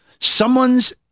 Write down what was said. someone's